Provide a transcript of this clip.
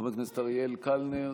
חבר כנסת אריאל קלנר,